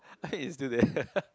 I mean it's still there